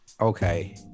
Okay